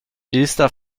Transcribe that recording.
easter